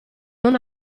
non